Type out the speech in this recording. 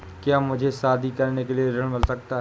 क्या मुझे शादी करने के लिए ऋण मिल सकता है?